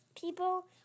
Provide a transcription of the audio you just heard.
people